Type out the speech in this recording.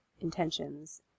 intentions